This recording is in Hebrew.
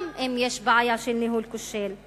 גם אם יש בעיה של ניהול כושל,